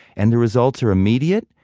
and the results are immediate.